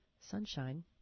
sunshine